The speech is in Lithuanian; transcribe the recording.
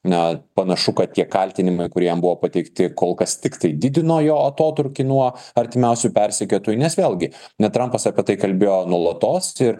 na panašu kad tie kaltinimai kur jam buvo pateikti kol kas tiktai didino jo atotrūkį nuo artimiausių persekiotojų nes vėlgi ne trampas apie tai kalbėjo nuolatos ir